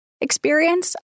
experience